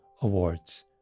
awards